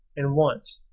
and once,